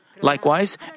Likewise